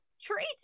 Tracy